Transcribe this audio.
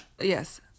Yes